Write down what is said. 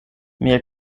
mia